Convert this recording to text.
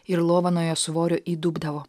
ir lova nuo jo svorio įdubdavo